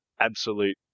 absolute